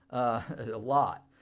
a lot.